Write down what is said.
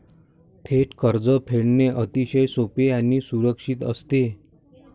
थेट कर्ज फेडणे अतिशय सोपे आणि सुरक्षित असते